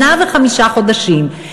לאחר שנה וחמישה חודשים,